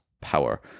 power